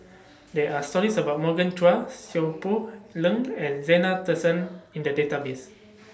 There Are stories about Morgan Chua Seow Poh Leng and Zena in The Database